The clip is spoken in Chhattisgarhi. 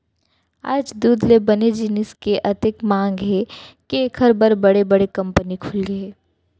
आज दूद ले बने जिनिस के अतेक मांग हे के एकर बर बड़े बड़े कंपनी खुलगे हे